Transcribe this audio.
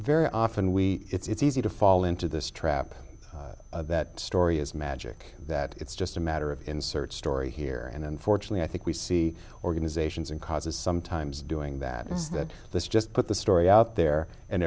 very often we it's easy to fall into this trap that story is magic that it's just a matter of insert story here and unfortunately i think we see organizations and causes sometimes doing that is that this just put the story out there and